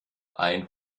ein